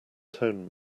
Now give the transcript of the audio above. tone